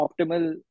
optimal